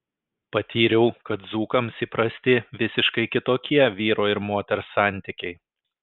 patyriau kad dzūkams įprasti visiškai kitokie vyro ir moters santykiai